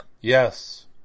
Yes